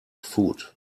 food